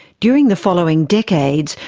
during the following decades,